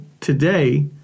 today